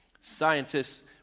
Scientists